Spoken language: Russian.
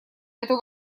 эту